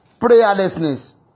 Prayerlessness